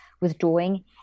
withdrawing